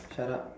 shut up